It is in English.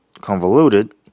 convoluted